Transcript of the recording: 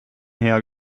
her